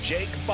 Jake